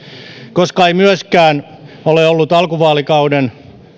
koska ei myöskään ole ollut alkuvaalikauden